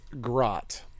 Grot